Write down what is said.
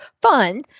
fun